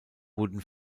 wurden